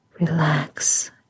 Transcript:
Relax